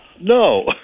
No